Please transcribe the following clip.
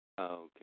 Okay